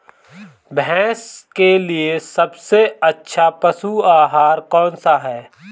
भैंस के लिए सबसे अच्छा पशु आहार कौन सा है?